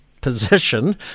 position